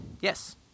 Yes